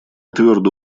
твердо